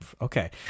okay